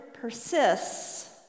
persists